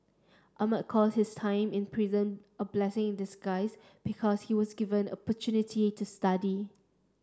Ahmad calls his time in prison a blessing in disguise because he was given opportunity to study